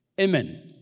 amen